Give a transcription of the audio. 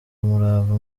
umurava